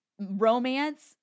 romance